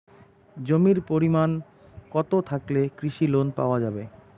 জমির পরিমাণ কতো থাকলে কৃষি লোন পাওয়া যাবে?